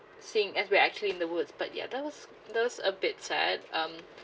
seeing as we're actually in the woods but ya that was that was a bit sad um